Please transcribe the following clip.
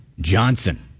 Johnson